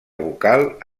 vocal